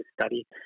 study